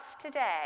today